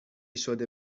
شده